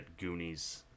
Goonies